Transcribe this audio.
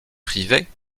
privé